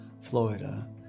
Florida